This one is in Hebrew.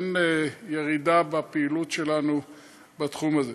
אין ירידה בפעילות שלנו בתחום הזה.